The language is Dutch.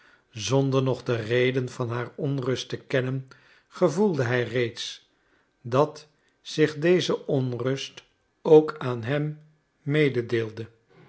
zonder nog de reden van haar onrust te kennen gevoelde hij reeds dat zich deze onrust ook aan hem